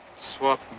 Swap